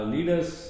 Leaders